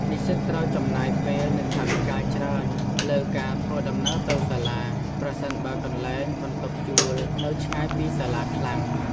និស្សិតត្រូវចំណាយពេល និងថវិកាច្រើនលើការធ្វើដំណើរទៅសាលា ប្រសិនបើកន្លែងបន្ទប់ជួលនៅឆ្ងាយពីសាលាខ្លាំង។